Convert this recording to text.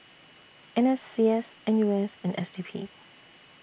N S C S N U S and S D P